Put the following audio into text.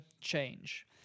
change